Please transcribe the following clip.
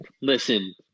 Listen